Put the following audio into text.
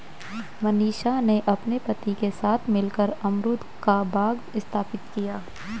मनीषा ने अपने पति के साथ मिलकर अमरूद का बाग स्थापित किया